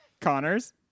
Connors